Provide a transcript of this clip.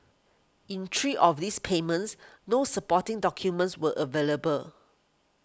in three of these payments no supporting documents were available